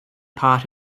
part